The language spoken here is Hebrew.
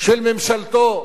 של ממשלתו,